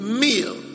meal